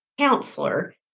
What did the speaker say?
Counselor